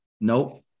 Nope